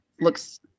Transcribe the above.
looks